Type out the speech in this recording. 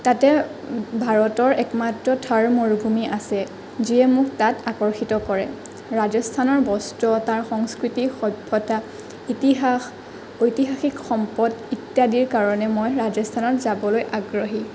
তাতে ভাৰতৰ একমাত্ৰ থৰ মৰুভূমি আছে যিয়ে মোক তাত আকৰ্ষিত কৰে ৰাজস্থানৰ বস্ত্ৰ তাৰ সংস্কৃতি সভ্যতা ইতিহাস ঐতিহাসিক সম্পদ ইত্যাদিৰ কাৰণে মই ৰাজস্থানত যাবলৈ আগ্ৰহী